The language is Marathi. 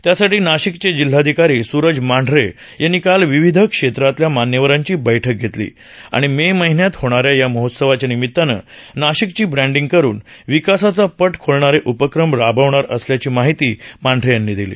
त्यासाठी नाशिकचे जिल्हाधिकारी स्रज मांढरे यांनी काल विविध क्षेत्रातल्या मान्यवरांची बैठक घेतली आणि मे महिन्यात होणार्या या महोत्सवाच्या निमितानं नाशिकची ब्रॅडींग करून विकासाचा पट खोलणारे उपक्रम राबवणार असल्याची माहिती मांढरे यांनी दिली